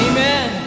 Amen